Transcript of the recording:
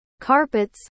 carpets